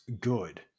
good